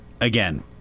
again